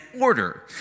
order